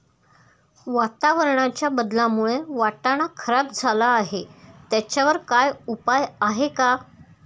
वातावरणाच्या बदलामुळे वाटाणा खराब झाला आहे त्याच्यावर काय उपाय आहे का?